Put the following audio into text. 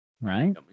right